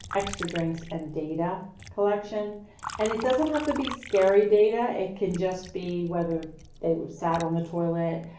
extra drinks and data collection and it doesn't have to be scary data. it can just be whether they were sat on the toilet,